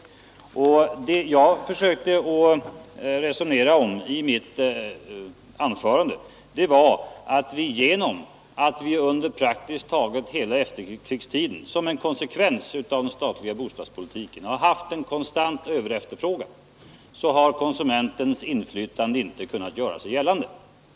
Vad jag försökte resonera om i mitt anförande var det förhållandet att genom att vi under praktiskt taget hela efterkrigstiden som en konsekvens av den statliga bostadspolitiken haft en konstant överefterfrågan så har konsumentens inflytande haft svårt att göra sig gällande.